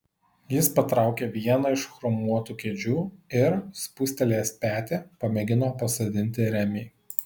jis patraukė vieną iš chromuotų kėdžių ir spustelėjęs petį pamėgino pasodinti remį